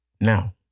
Now